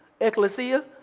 Ecclesia